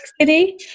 City